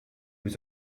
was